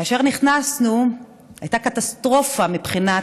כאשר נכנסנו הייתה קטסטרופה מבחינת